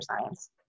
science